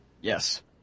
Yes